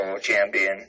champion